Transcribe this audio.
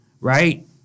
right